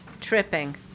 tripping